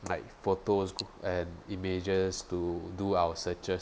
like photos and images to do our searches